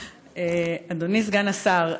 אדוני סגן השר,